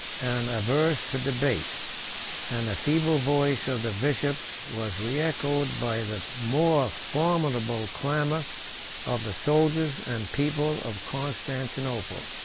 and averse to debate and the feeble voice of the bishops was reechoed by the more formidable clamor of the soldiers and people of constantinople.